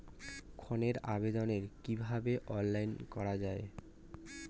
ঋনের আবেদন কিভাবে অনলাইনে করা যায়?